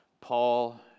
Paul